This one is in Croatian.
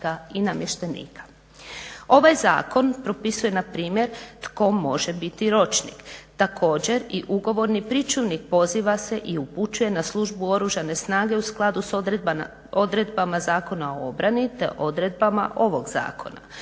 Ovaj zakon propisuje na primjer tko može biti ročnik, također i ugovorni pričuvnik poziva se i upućuje na službu Oružane snage u skladu s odredbama Zakona o obrani te odredbama ovog zakona.